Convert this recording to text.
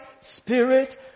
spirit